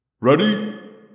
Ready